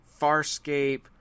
Farscape